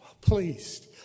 pleased